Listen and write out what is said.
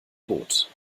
boot